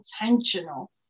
intentional